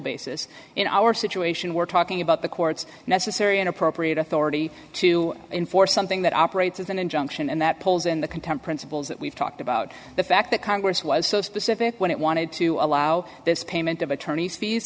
basis in our situation we're talking about the courts necessary and appropriate authority to enforce something that operates as an injunction and that pulls in the content principles that we've talked about the fact that congress was so specific when it wanted to allow this payment of attorney's fees